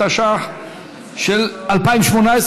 התשע"ח 2018,